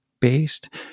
based